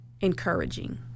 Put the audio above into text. encouraging